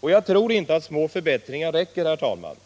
Och jag tror inte att små förbättringar räcker, herr talman.